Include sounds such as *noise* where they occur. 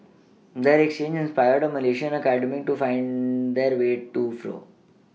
*noise* their exchange inspired a Malaysian academic to wide that way too flow